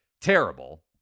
terrible